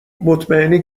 مطمئنی